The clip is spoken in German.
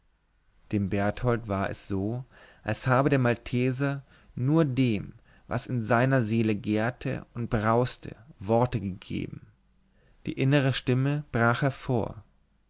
dem berthold war es so als habe der malteser nur dem was in seiner seele gärte und brauste worte gegeben die innere stimme brach hervor